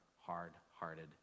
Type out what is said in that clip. hard-hearted